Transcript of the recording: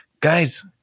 guys